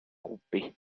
groupé